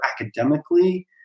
academically